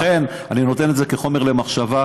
לכן, אני נותן את זה כחומר למחשבה.